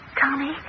Tommy